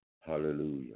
Hallelujah